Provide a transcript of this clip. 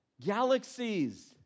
galaxies